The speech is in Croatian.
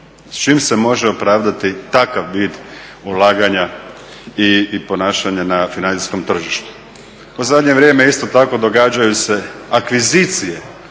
S čim se može opravdati takav vid ulaganja i ponašanja na financijskog tržištu? U zadnje vrijeme isto tako događaju se akvizicije